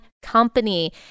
company